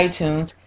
iTunes